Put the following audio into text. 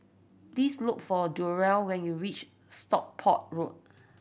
please look for Durell when you reach Stockport Road